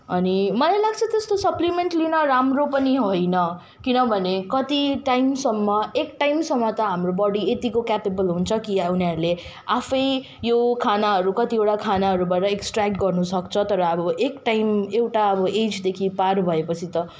अनि मलाई लाग्छ त्यस्तो सप्लिमेन्ट लिन राम्रो पनि होइन किनभने कति टाइमसम्म एक टाइमसम्म त हाम्रो बडी यत्तिको क्यापेबल हुन्छ कि उनीहरूले आफै यो खानाहरू कतिवटा खानाहरूबाट एक्स्ट्र्याक्ट गर्नुसक्छ तर अब एक टाइम एउटा अब एजदेखि पार भएपछि त